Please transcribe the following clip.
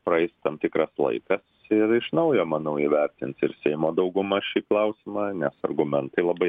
praeis tam tikras laikas ir iš naujo manau įvertins ir seimo dauguma šį klausimą nes argumentai labai